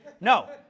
No